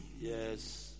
Yes